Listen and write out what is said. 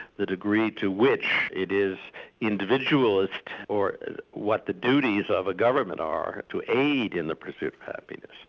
the degree to which it is individualist or what the duties of a government are to aid in the pursuit of happiness.